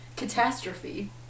catastrophe